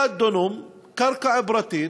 100 דונם, קרקע פרטית,